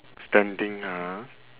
standing ha